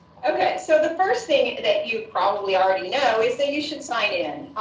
ok. so the first thing that you probably already know is that you should sign in.